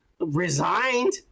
resigned